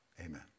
Amen